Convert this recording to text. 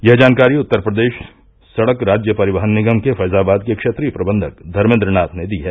यह जानकारी उत्तर प्रदेश सड़क राज्य परिवहन निगम के फैजाबाद के क्षेत्रीय प्रबंधक धर्मेन्द नाथ ने दी है